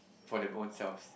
for their ownself